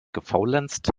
gefaulenzt